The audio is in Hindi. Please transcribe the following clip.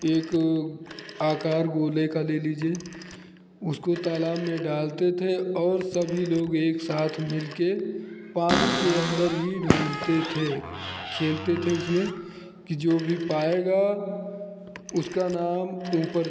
एक आकार गोले का ले लीजिए उसको तालाब में डालते थे और सभी लोग एक साथ मिलकर पानी के अंदर ढूंढ़ते थे खेलते थे उसमें कि जो भी पाएगा उसका नाम ऊपर जाएगा